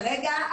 כרגע,